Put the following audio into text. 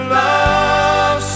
love